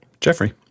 Jeffrey